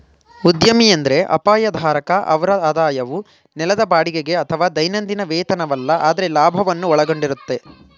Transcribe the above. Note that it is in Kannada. ಉದ್ಯಮಿ ಎಂದ್ರೆ ಅಪಾಯ ಧಾರಕ ಅವ್ರ ಆದಾಯವು ನೆಲದ ಬಾಡಿಗೆಗೆ ಅಥವಾ ದೈನಂದಿನ ವೇತನವಲ್ಲ ಆದ್ರೆ ಲಾಭವನ್ನು ಒಳಗೊಂಡಿರುತ್ತೆ